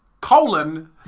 Colon